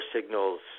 signals